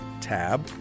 tab